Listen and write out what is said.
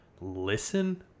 listen